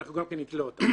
אז אנחנו גם כן נתלה אותם.